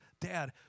dad